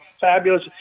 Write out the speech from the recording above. fabulous